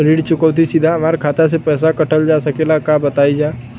ऋण चुकौती सीधा हमार खाता से पैसा कटल जा सकेला का बताई जा?